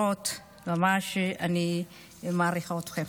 רוט, ממש אני מעריכה אתכם.